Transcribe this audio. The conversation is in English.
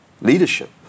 leadership